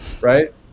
right